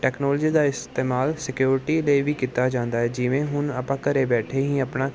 technology ਦਾ ਇਸਤੇਮਾਲ security ਦੇ ਵੀ ਕੀਤਾ ਜਾਂਦਾ ਹੈ ਜਿਵੇਂ ਹੁਣ ਆਪਾਂ ਘਰ ਬੈਠੇ ਹੀ ਆਪਣਾ